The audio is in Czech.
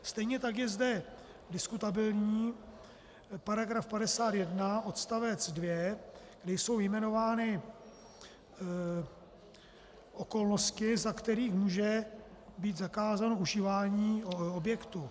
Stejně tak je zde diskutabilní § 51 odst. 2, kde jsou vyjmenovány okolnosti, za kterých může být zakázáno užívání objektu.